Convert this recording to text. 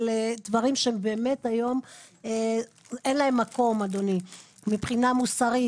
דברים שהיום אין להם מקום מבחינה מוסרית.